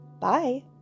Bye